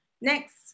Next